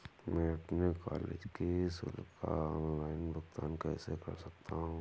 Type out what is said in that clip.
मैं अपने कॉलेज की शुल्क का ऑनलाइन भुगतान कैसे कर सकता हूँ?